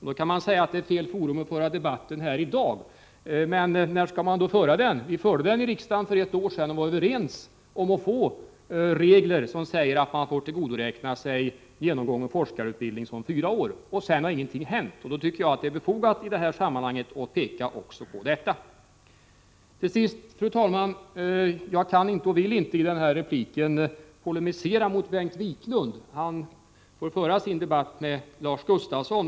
Man kan kanske hävda att det är fel att föra den debatten här i dag, men när skall man annars föra den? Vi förde den för ett år sedan och var då överens om att genomgången forskarutbildning skall tillgodoräknas som fyra års yrkesarbete. Sedan har ingenting hänt, och jag tycker att det är befogat att i detta sammanhang peka också på det förhållandet. Till sist, fru talman! Jag kan inte och vill inte i denna replik polemisera mot Bengt Wiklund — han får föra sin debatt med Lars Gustafsson.